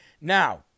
Now